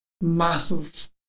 massive